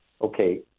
okay